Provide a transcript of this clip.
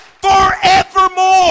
forevermore